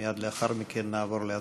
מייד לאחר מכן נעבור להצבעות.